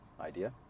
idea